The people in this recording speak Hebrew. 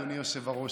אדוני היושב-ראש,